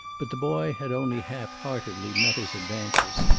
but the boy had only half-heartedly met his advances.